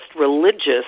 religious